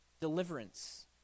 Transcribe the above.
deliverance